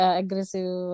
aggressive